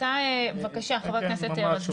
בבקשה, חבר הכנסת רזבוזוב.